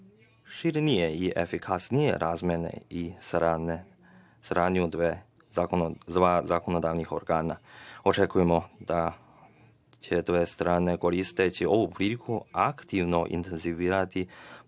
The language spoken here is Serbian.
za efikasnije razmere i saradnje dva zakonodavna organa. Očekujemo da će dve strane koristeći ovu priliku aktivno intenzivirati prijateljske